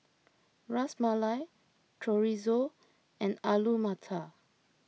Ras Malai Chorizo and Alu Matar